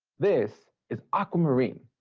this is aquamarine.